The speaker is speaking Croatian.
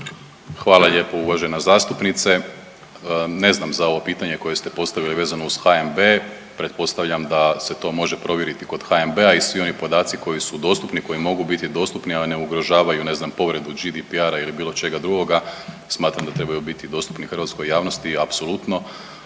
Hvala lijepo uvažena zastupnice. Ne znam za ovo pitanje koje ste postavili vezano uz HNB, pretpostavljam da se to može provjeriti kod HNB-a i svi oni podaci koji su dostupni koji mogu biti dostupni, a ne ugrožavaju ne znam povredu GDPR-a ili bilo čega drugoga smatram da trebaju biti dostupni hrvatskoj javnosti apsolutno.